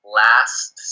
last